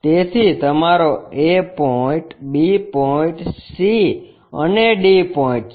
તેથી તમારો A point B point C અને D પોઇન્ટ છે